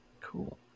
Cool